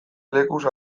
lekuz